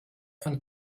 von